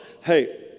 Hey